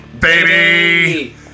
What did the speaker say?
baby